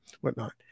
whatnot